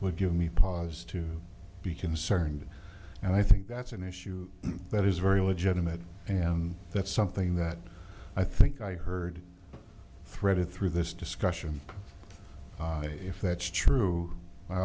would give me pause to be concerned and i think that's an issue that is very legitimate and that's something that i think i heard threaded through this discussion if that's true i